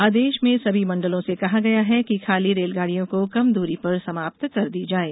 आदेश में सभी मण्डलों से कहा गया है कि खाली रेलगाड़ियों को कम दूरी पर समाप्त कर दी जाएं